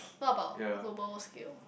what about global scale